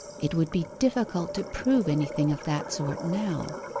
it would be difficult to prove anything of that sort now.